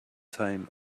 time